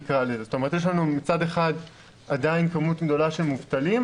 זאת אומרת יש לנו מצד אחד כמות גדולה של מובטלים,